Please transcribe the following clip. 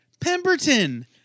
Pemberton